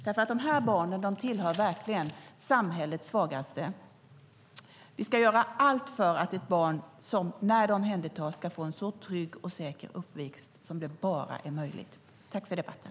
De här barnen tillhör verkligen samhällets svagaste. Vi ska göra allt för att ett barn, när det omhändertas, ska få en så trygg och säker uppväxt som det bara är möjligt. Tack för debatten!